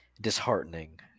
disheartening